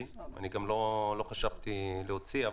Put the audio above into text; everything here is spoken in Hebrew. ואני גם לא חשבתי להוציא רישיון כזה,